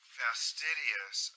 fastidious